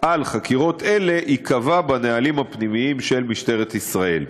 על חקירות אלה ייקבע בנהלים הפנימיים של משטרת ישראל.